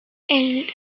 ähnelt